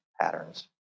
patterns